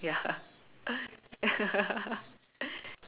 ya